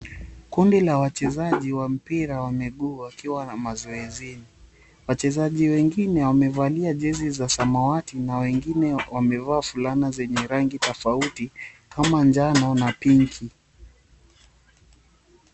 Kundi la wachezaji wa mpira wa miguu wakiwa mazoezini. Wachezaji wengine wamevalia jezi za samawati na wengine wamevaa fulana zenye rangi tofauti kama njano na pinki.